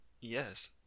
Yes